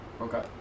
Okay